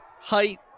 height